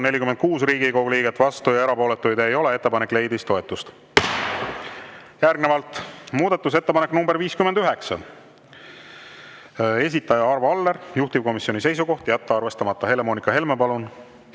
46 Riigikogu liiget, vastuolijaid ega erapooletuid ei ole. Ettepanek leidis toetust. Järgnevalt muudatusettepanek nr 59, esitaja Arvo Aller, juhtivkomisjoni seisukoht on jätta arvestamata. Helle-Moonika Helme, palun!